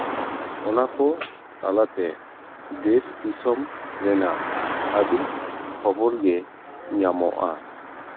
ᱚᱱᱟ ᱠᱚ ᱛᱟᱞᱟᱛᱮ ᱫᱮᱥ ᱫᱤᱥᱳᱢ ᱨᱮᱱᱟᱜ ᱟᱹᱰᱤ ᱠᱷᱚᱵᱚᱨ ᱜᱮ ᱧᱟᱢᱚᱜᱼᱟ